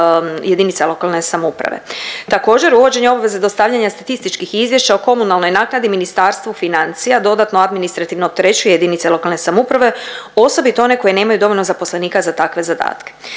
prihoda lokalnih, JLS. Također uvođenje obveze dostavljanja statističkih izvješća o komunalnoj naknadi Ministarstvu financija dodatno administrativno opterećuje JLS, osobito one koje nemaju dovoljno zaposlenika za takve zadatke.